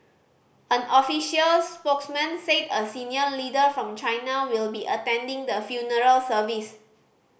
an official spokesman said a senior leader from China will be attending the funeral service